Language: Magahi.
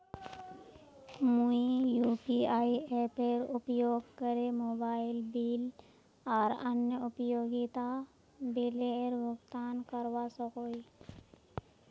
मुई यू.पी.आई एपेर उपयोग करे मोबाइल बिल आर अन्य उपयोगिता बिलेर भुगतान करवा सको ही